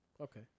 Okay